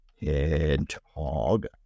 Hedgehog